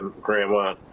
grandma